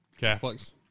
Catholics